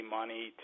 money